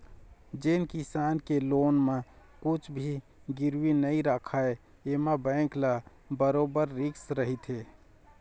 जेन किसम के लोन म कुछ भी गिरवी नइ राखय एमा बेंक ल बरोबर रिस्क रहिथे